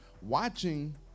watching